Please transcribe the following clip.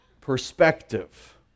perspective